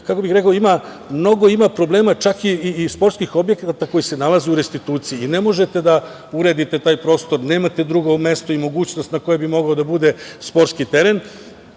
kako bih rekao, ima mnogo problema, čak i sportskih objekata koji se nalaze u restituciji i ne možete da uredite taj prostor, nemate drugo mesto i mogućnost na kojem bi mogao da bude sportski teren